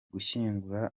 gushyingura